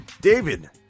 David